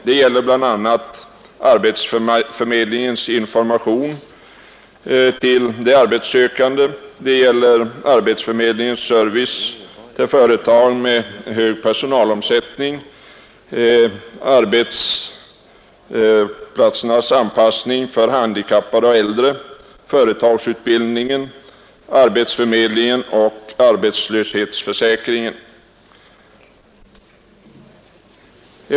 Det gäller bl.a. arbetsförmedlingens information till de arbetssökande, det gäller arbetsförmedlingens service till företag med hög personalomsättning, arbetsplatsernas anpassning för handikappade och äldre, företagsutbildningen, arbetsförmedlingen och arbetslöshetsförsäkringen.